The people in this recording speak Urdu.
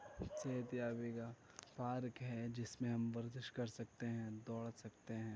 صحت یابی کا پارک ہے جس میں ہم ورزش کر سکتے ہیں دوڑ سکتے ہیں